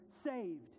saved